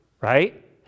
right